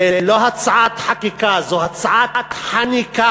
זה לא הצעת חקיקה, זה הצעת חניקה.